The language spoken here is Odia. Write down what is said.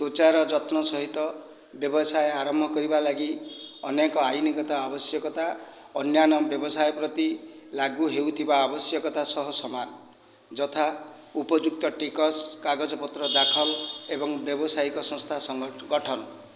ତ୍ୱଚାର ଯତ୍ନ ସହିତ ବ୍ୟବସାୟ ଆରମ୍ଭ କରିବା ଲାଗି ଅନେକ ଆଇନଗତ ଆବଶ୍ୟକତା ଅନ୍ୟାନ୍ୟ ବ୍ୟବସାୟ ପ୍ରତି ଲାଗୁ ହେଉଥିବା ଆବଶ୍ୟକତା ସହ ସମାନ ଯଥା ଉପଯୁକ୍ତ ଟିକସ କାଗଜପତ୍ର ଦାଖଲ ଏବଂ ବ୍ୟାବସାୟିକ ସଂସ୍ଥା ସଙ୍ଗ ଗଠନ